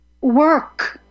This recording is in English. work